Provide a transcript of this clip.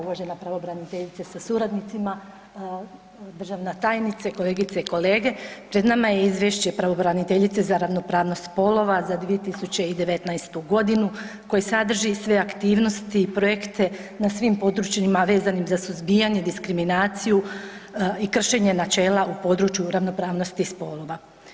Uvažena pravobraniteljice sa suradnicima, državna tajnice, kolegice i kolege pred nama je Izvješće pravobraniteljice za ravnopravnost spolova za 2019. godinu koje sadrži sve aktivnosti i projekte na svim područjima vezanim za suzbijanje, diskriminaciju i kršenje načela u području ravnopravnosti spolova.